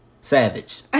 savage